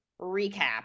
recap